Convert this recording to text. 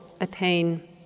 attain